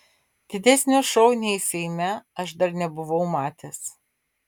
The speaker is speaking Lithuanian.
didesnio šou nei seime aš dar nebuvau matęs